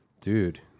Dude